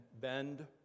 bend